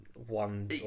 one